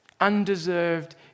undeserved